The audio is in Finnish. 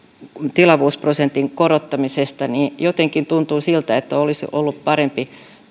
tilavuusprosentin korottamisesta niin jotenkin tuntuu siltä että olisi ollut parempi